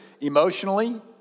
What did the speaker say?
emotionally